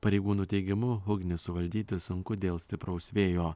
pareigūnų teigimu ugnį suvaldyti sunku dėl stipraus vėjo